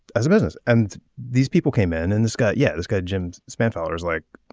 as a business and these people came in and this got yeah this guy jim spent dollars like